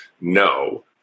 no